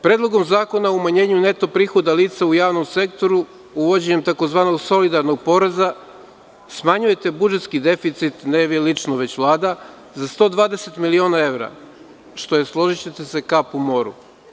Predlogom Zakona o umanjenju neto prihoda lica u javnom sektoru, uvođenjem tzv. solidarnog poreza smanjujete budžetski deficit, ne vi lično već Vlada, za 120 miliona evra, što je složićete se kap u moru.